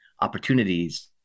opportunities